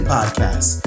Podcast